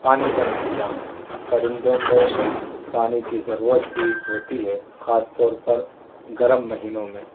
پانی کا انتظام پرندوں کو پانی کی ضرورت بھی ہوتی ہے خاص طور پر گرم مہینوں میں